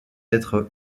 être